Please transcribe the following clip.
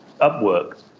Upwork